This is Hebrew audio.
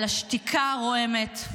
את השתיקה הרועמת,